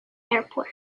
airport